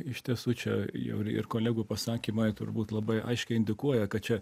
iš tiesų čia jau ir kolegų pasakymai turbūt labai aiškiai indikuoja kad čia